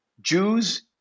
Jews